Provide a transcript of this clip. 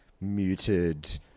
muted